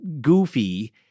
goofy